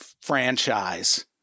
franchise